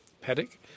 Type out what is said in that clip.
paddock